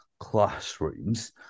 classrooms